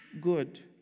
good